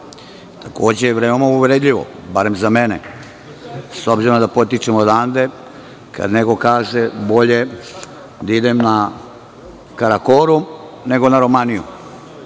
Takođe, veoma je uvredljivo, bar za mene, s obzirom da potičem odande, kad neko kaže – bolje da idem na Karakorum nego na Romaniju.